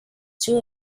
two